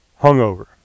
Hungover